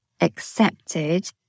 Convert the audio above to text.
accepted